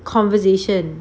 conversation